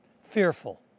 fearful